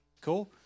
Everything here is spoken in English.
Cool